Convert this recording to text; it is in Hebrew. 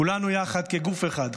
כולנו יחד כגוף אחד,